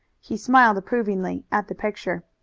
he smiled approvingly at the picture.